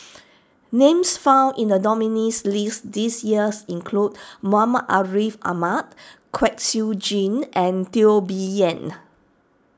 names found in the nominees' list this years include Muhammad Ariff Ahmad Kwek Siew Jin and Teo Bee Yen